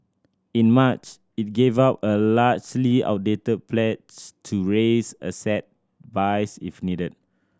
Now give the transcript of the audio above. in March it gave up a largely outdated pledge to raise asset buys if needed